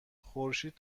خورشید